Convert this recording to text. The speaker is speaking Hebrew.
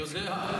אני יודע.